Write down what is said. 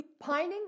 Pining